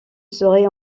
serait